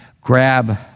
grab